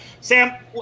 Sam